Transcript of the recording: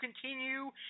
continue